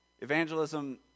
Evangelism